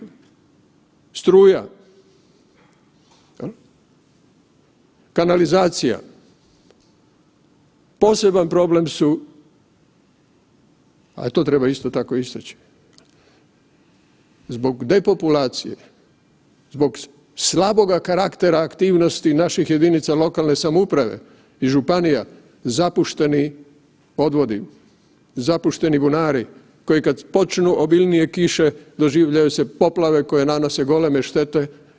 Struja, kanalizacija, poseban problem su, a to treba isto tako istaći, zbog depopulacije, zbog slaboga karaktera aktivnosti naših jedinica lokalne samouprave i županija, zapušteni odvodi, zapušteni bunari, koji kad počnu obilnije kiše doživljavaju se poplave koje nanose goleme štete.